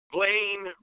Blaine